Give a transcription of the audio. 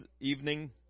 evening